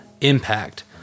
impact